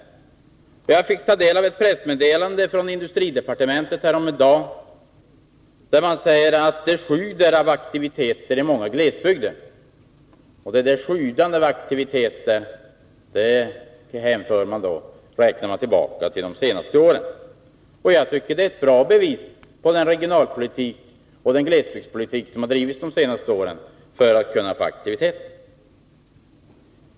Jag fick häromdagen ta del av ett pressmeddelande från industridepartementet, där det sägs att det sjuder av aktiviteter i många glesbygder — och i det sammanhanget räknar man med vad som har skett under de senaste åren. Jag tycker det är ett bra bevis för att det de senaste åren bedrivits en bra regionalpolitik och glesbygdspolitik för att skapa aktivitet.